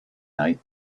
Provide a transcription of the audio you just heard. night